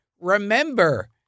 Remember